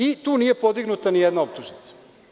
I tu nije podignuta nijedna optužnica.